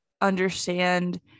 understand